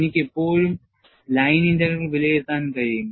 എനിക്ക് ഇപ്പോഴും line integral വിലയിരുത്താൻ കഴിയും